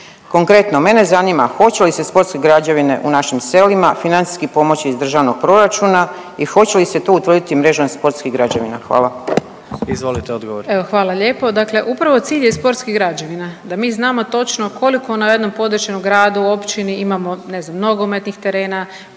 Konkretno, mene zanima hoće li se sportske građevine u našim selima financijski pomoći iz državnog proračuna i hoće li se to utvrditi mrežom sportskih građevina? Hvala. **Jandroković, Gordan (HDZ)** Izvolite odgovor. **Brnjac, Nikolina (HDZ)** Evo hvala lijepo. Dakle upravo cilj je sportskih građevina da mi znamo točno koliko na jednom području, gradu, općini imamo ne znam nogometnih terena,